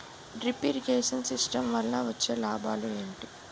Drip irrigation system వల్ల వచ్చే లాభాలు ఏంటి?